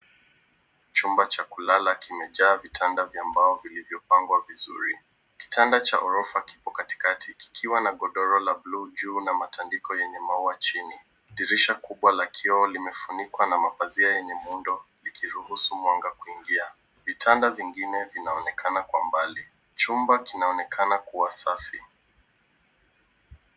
Chumba cha kulala kimejaa vitanda vya mbao vilivyopangwa vizuri. Kitanda cha ghorofa kipo katikati, kikiwa na godoro la buluu na matandiko yenye maua chini. Dirisha kubwa la kioo limefunikwa na mapazia yenye muundo, ikiruhusu mwanga kuingia. Vitanda vingine vinaonekana kwa mbali. Chumba kinaonekana kuwa safi.